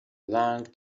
long